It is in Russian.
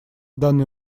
данный